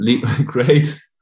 great